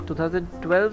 2012